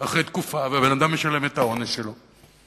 אחרי תקופה, והבן-אדם משלם את העונש שלו,